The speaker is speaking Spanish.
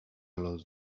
los